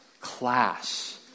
class